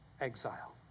exile